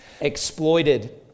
exploited